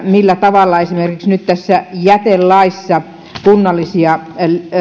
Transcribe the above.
millä tavalla esimerkiksi nyt tässä jätelaissa kunnallisia